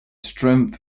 strength